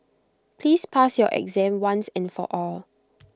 please pass your exam once and for all